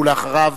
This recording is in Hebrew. ואחריו,